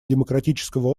демократического